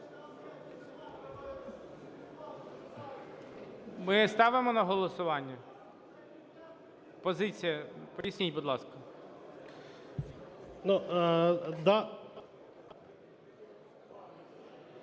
Ми ставимо на голосування? Позиція, поясніть, будь ласка.